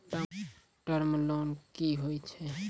Term loan कि होय छै?